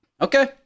Okay